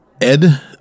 Ed